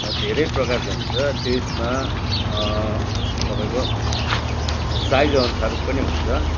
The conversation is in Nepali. धेरै प्रकारको हुन्छ त्यसमा तपाईँको साइज अनुसार पनि हुन्छ